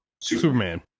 Superman